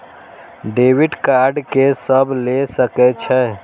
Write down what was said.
Debit card के सब ले सके छै?